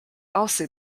also